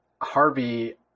Harvey